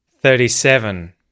thirty-seven